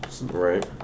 Right